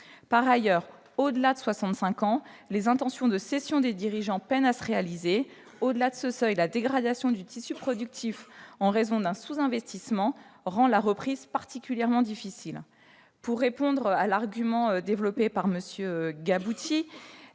Par ailleurs, au-delà de soixante-cinq ans, les intentions de cession des dirigeants peinent à se réaliser. Au-delà de ce seuil, la dégradation du tissu productif en raison d'un sous-investissement rend la reprise particulièrement difficile. Pour répondre à M. Gabouty concernant